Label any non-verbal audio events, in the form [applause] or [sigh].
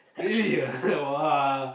[laughs]